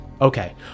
Okay